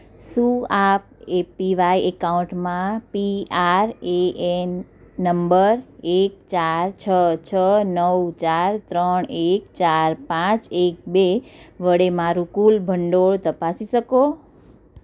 શું આપ એપીવાય એકાઉન્ટમાં P R A N number એક ચાર છ છ નવ ચાર ત્રણ એક ચાર પાંચ એક બે વડે મારું કુલ ભંડોળ તપાસી શકો